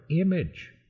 image